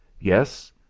Yes